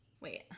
Wait